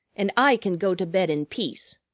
and i can go to bed in peace.